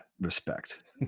respect